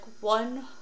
one